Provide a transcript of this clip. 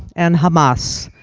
and hamas.